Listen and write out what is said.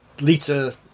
Lita